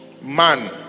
man